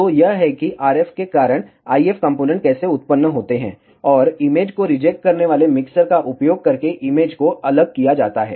तो यह है कि RF के कारण IF कॉम्पोनेन्ट कैसे उत्पन्न होते हैं और इमेज को रिजेक्ट करने वाले मिक्सर का उपयोग करके इमेज को अलग किया जाता है